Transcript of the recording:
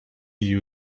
you